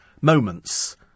moments